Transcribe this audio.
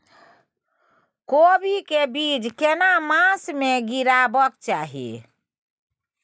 कोबी के बीज केना मास में गीरावक चाही?